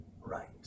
right